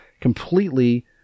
completely